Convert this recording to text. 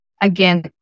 again